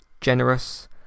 generous